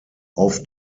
auf